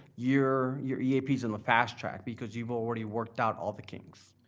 your your eaps on the fast track, because you've already worked out all the kinks.